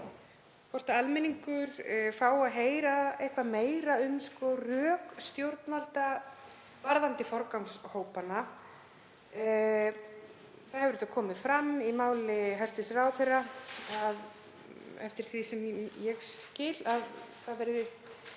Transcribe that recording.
hvort almenningur fái að heyra eitthvað meira um rök stjórnvalda um forgangshópana. Það hefur auðvitað komið fram í máli hæstv. ráðherra, eftir því sem ég skil, að það verði